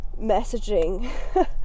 messaging